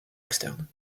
externe